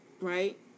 Right